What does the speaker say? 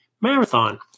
Marathon